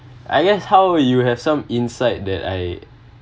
I guess how you have some insight that I